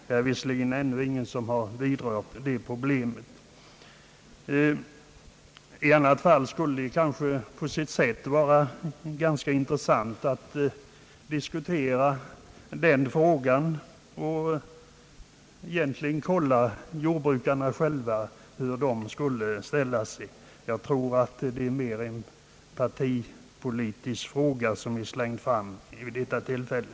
Det är ännu ingen som har vidrört det problemet, i annat fall skulle det kanske på sitt sätt vara ganska intressant att diskutera den frågan och kolla hur jordbrukarna själva skulle ställa sig. Jag tror att det är mera en partipolitisk fråga, som slängs fram vid detta tillfälle.